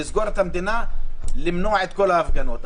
לסגור את כל המדינה ולמנוע את כל ההפגנות.